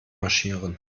marschieren